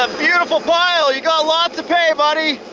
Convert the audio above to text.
um beautiful pile, you got lots of pay buddy!